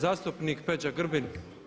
Zastupnik Peđa Grbin.